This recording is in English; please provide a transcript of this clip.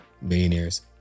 Millionaires